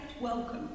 welcome